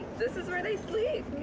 this is where they sleep.